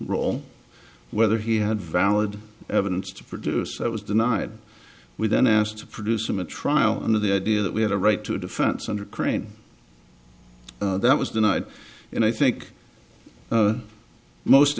role whether he had valid evidence to produce i was denied within asked to produce them a trial under the idea that we had a right to a defense under crane that was the night and i think the most